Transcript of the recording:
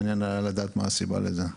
מעניין היה לדעת מה הסיבה לזה.